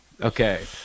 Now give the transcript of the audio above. Okay